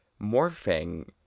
morphing